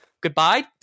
Goodbye